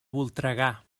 voltregà